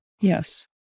Yes